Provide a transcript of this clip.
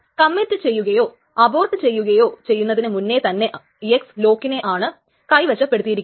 ഇത് കമ്മിറ്റ് ചെയ്യുകയോ അബോർട്ട് ചെയ്യുകയോ ചെയ്യുന്നതിനു മുന്നേ തന്നെ X ലോക്കിനെയാണ് കൈവശപ്പെടുത്തിയിരിക്കുന്നത്